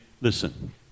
listen